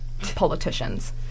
politicians